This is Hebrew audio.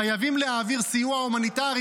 חייבים להעביר סיוע הומניטרי,